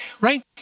right